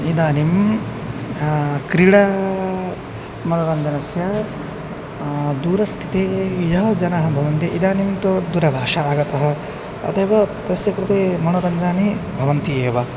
इदानीं क्रीडामनोरञ्जनस्य दूरस्थितिः ये जनाः भवन्ति इदानीं तु दूरभाषा आगता अतेव तस्य कृते मनोरञ्जनानि भवन्ति एव